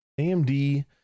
AMD